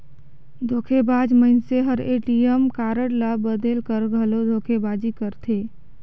धोखेबाज मइनसे हर ए.टी.एम कारड ल बलेद कर घलो धोखेबाजी करथे